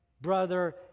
brother